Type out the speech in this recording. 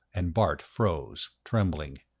and bart froze, trembling.